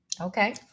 Okay